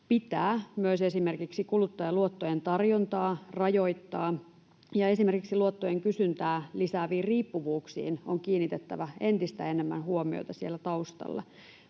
Pitää myös esimerkiksi kuluttajaluottojen tarjontaa rajoittaa, ja esimerkiksi luottojen kysyntää lisääviin riippuvuuksiin on kiinnitettävä entistä enemmän huomiota siellä taustalla.